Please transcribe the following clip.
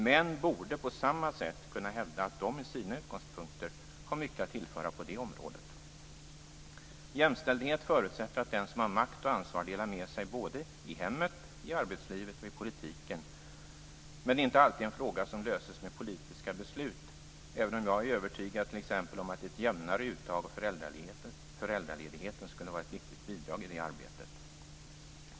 Män borde på samma sätt kunna hävda att de med sina utgångspunkter har mycket att tillföra på det området. Jämställdhet förutsätter att den som har makt och ansvar delar med sig såväl i hemmet som i arbetslivet och politiken. Men det är inte alltid en fråga som löses med politiska beslut, även om jag är övertygad om att t.ex. ett jämnare uttag av föräldraledigheten skulle vara ett viktigt bidrag i det arbetet.